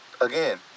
again